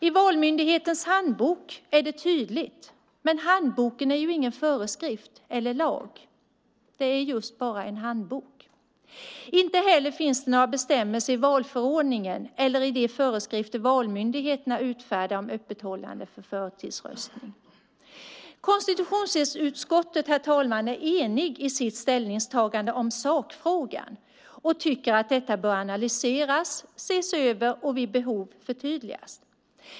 I Valmyndighetens handbok är det tydligt. Men handboken är ingen föreskrift eller lag, utan just bara en handbok. Inte heller finns det några bestämmelser i valförordningen eller i de föreskrifter Valmyndigheten utfärdar om öppethållandet för förtidsröstning. Herr talman! Konstitutionsutskottet är enigt i sitt ställningstagande om sakfrågan och tycker att detta bör analyseras, ses över och vid behov förtydligas.